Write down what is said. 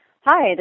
Hi